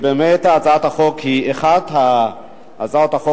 באמת, הצעת החוק היא אחת מהצעות החוק